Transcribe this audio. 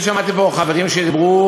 שמעתי פה חברים שדיברו,